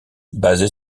basé